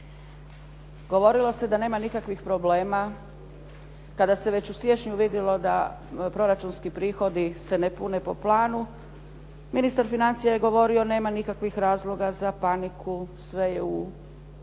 Govorilo se da nema nikakvih problema kada se već u siječnju vidjelo da proračunski prihodi se ne pune po planu. Ministar financija je govorio nema nikakvih razloga za paniku, sve je u